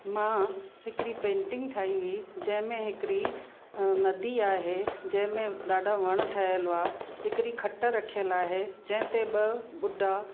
मां हिकिड़ी पेंटिंग ठाई हुई जंहिंमें हिकिड़ी नदी आहे जंहिंमें ॾाढा वण ठहियल हुआ हिकिड़ी खट रखियल आहे जंहिंते ॿ ॿुढा